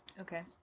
Okay